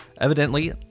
Evidently